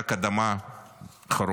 רק אדמה חרוכה.